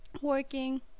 Working